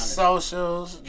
socials